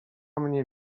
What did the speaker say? mnie